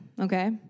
okay